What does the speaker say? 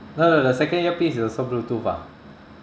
no no no the second earpiece is also bluetooth ah